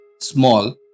small